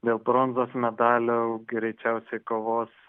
dėl bronzos medalio greičiausiai kovos